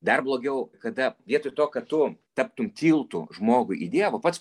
dar blogiau kada vietoj to kad tu taptum tiltu žmogui į dievą pats